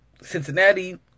Cincinnati